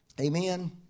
Amen